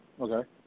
Okay